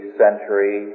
century